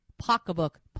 pocketbook